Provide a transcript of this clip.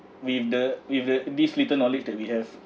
with the with the these little knowledge that we have